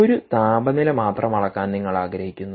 ഒരു താപനില മാത്രം അളക്കാൻ നിങ്ങൾ ആഗ്രഹിക്കുന്നു